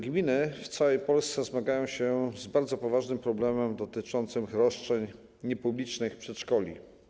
Gminy w całej Polsce zmagają się z bardzo poważnym problemem dotyczącym roszczeń niepublicznych przedszkoli.